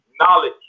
knowledge